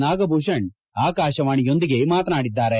ನಾಗಭೂಷಣ್ ಆಕಾಶವಾಣಿಯೊಂದಿಗೆ ಮಾತನಾಡಿದ್ದಾರೆ